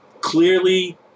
Clearly